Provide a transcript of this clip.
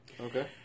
Okay